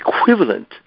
equivalent